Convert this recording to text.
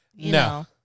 No